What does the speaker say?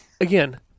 again